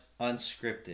unscripted